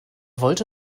wollte